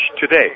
today